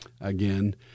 again